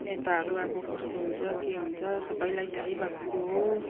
नेताहरू अब कस्तो हुन्छ के हुन्छ सबैलाई थाहै भएको कुरो हो